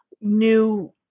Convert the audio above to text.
new